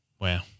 Wow